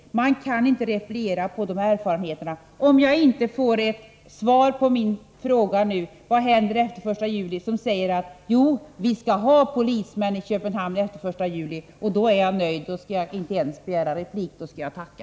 Man kan inte repliera på de erfarenheterna, om inte svaret på min fråga nu om vad som händer efter den 1 juli är att vi skall ha polismän i Köpenhamn också efter den 1 juli. Om jag får det svaret är jag nöjd, och då skall jag inte ens begära replik, utan tacka.